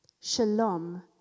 Shalom